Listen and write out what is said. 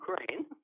Ukraine